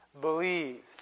believe